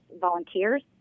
volunteers